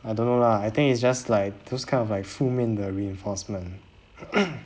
I don't know lah I think it's just like those kind of like 负面的 reinforcement